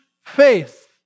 faith